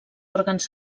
òrgans